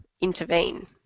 intervene